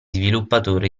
sviluppatore